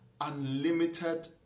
unlimited